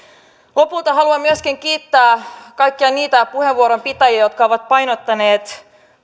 lopulta haluan myöskin kiittää kaikkia niitä puheenvuoron pitäjiä jotka ovat painottaneet